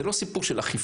זה לא סיפור של אכיפה,